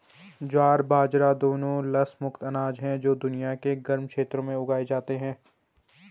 ज्वार बाजरा दोनों लस मुक्त अनाज हैं जो दुनिया के गर्म क्षेत्रों में उगाए जाते हैं